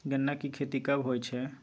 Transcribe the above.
गन्ना की खेती कब होय छै?